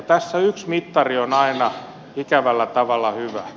tässä yksi mittari on aina ikävällä tavalla hyvä